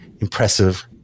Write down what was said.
impressive